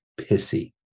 pissy